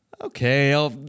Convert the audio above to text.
okay